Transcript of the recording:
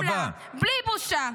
-- בלי חמלה, בלי בושה.